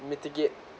mitigate